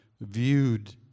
viewed